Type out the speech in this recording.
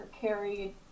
carried